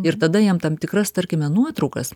ir tada jam tam tikras tarkime nuotraukas